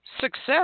success